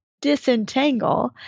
disentangle